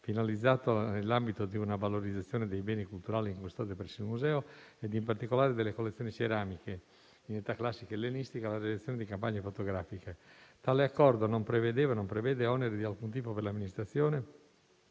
finalizzato, nell'ambito di una valorizzazione dei beni culturali in custodia presso il museo, e in particolare delle collezioni ceramiche in età classica-ellenistica, alla realizzazione di campagne fotografiche. Tale accordo non prevedeva e non prevede oneri di alcun tipo per l'amministrazione,